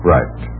Right